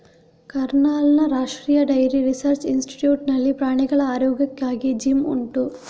ಕರ್ನಾಲ್ನ ರಾಷ್ಟ್ರೀಯ dairy research institute ನಲ್ಲಿ ಪ್ರಾಣಿಗಳ ಆರೋಗ್ಯಕ್ಕಾಗಿ ಜಿಮ್ ಉಂಟು